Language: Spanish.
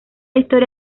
historia